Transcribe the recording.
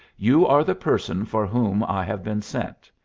you are the person for whom i have been sent.